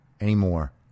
anymore